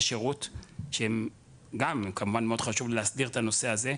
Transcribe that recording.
שירות שהם גם כמובן מאוד חשוב להסדיר את הנושא הזה,